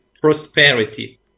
prosperity